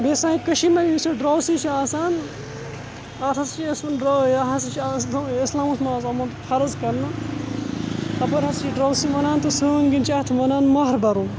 بیٚیہِ سانہِ کٔشیٖرِ منٛز یُس یہِ ڈرٛاوسی چھِ آسان اَتھ ہَسا چھِ یَس وَن ڈرٛا یہِ ہَسا چھِ آسان اِسلامَس منٛز آمُت فرٕض کَرنہٕ تپٲرۍ ہَسا چھِ یہِ ڈرٛاوسِنٛگ وَنان تہٕ سٲنۍ کِنۍ چھِ اَتھ وَنان مہرٕ بَرُن